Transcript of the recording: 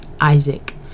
Isaac